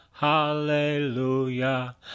hallelujah